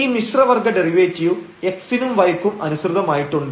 ഈ മിശ്ര വർഗ ഡെറിവേറ്റീവ് x നും y ക്കും അനുസൃതമായിട്ടുണ്ട്